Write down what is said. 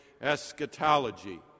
eschatology